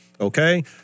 okay